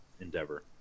endeavor